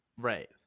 Right